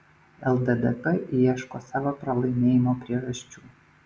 lddp ieško savo pralaimėjimo priežasčių